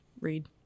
read